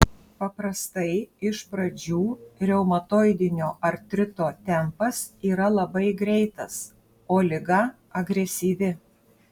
paprastai iš pradžių reumatoidinio artrito tempas yra labai greitas o liga agresyvi